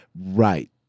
right